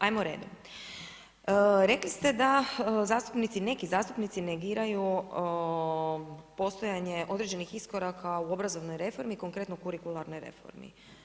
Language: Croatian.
Ajmo redom, rekli ste da zastupnici, neki zastupnici negiraju postojanje određenih iskoraka u obrazovnoj reformi, konkretno u kurikularnoj reformi.